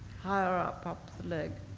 higher up, up the leg.